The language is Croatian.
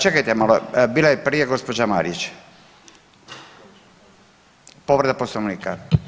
Čekajte malo, bila je prije gđa. Marić, povreda Poslovnika.